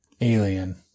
alien